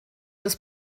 des